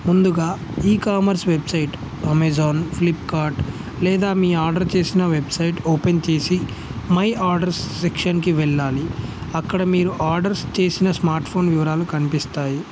ముందుగా ecommerce website Amazon Flipkart లేదా మీ ఆర్డర్ చేసిన వెబ్సైట్ ఓపెన్ చేసి మై ఆర్డర్స్ సెక్షన్కి వెళ్ళాలి అక్కడ మీరు ఆర్డర్స్ చేసిన స్మార్ట్ ఫోన్ వివరాలు కనిపిస్తాయి